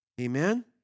amen